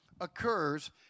occurs